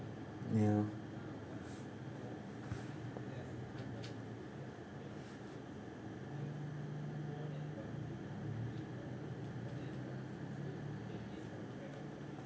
ya